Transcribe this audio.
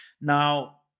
Now